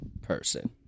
person